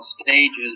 stages